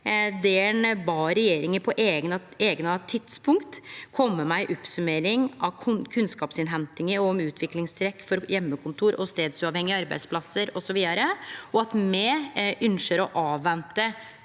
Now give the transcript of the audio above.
ein bad regjeringa på eigna tidspunkt kome med ei oppsummering av kunnskapsinnhentinga og om utviklingstrekk for «hjemmekontor og stedsuavhengige arbeidsplasser» osv., og at me ynskjer å vente